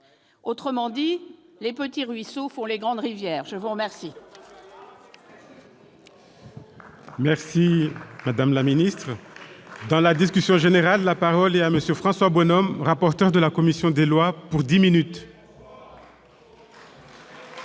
Autrement dit, les petits ruisseaux font les grandes rivières ! La parole